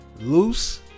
loose